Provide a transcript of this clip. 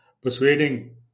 persuading